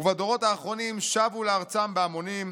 ובדורות האחרונים שבו לארצם בהמונים,